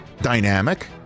dynamic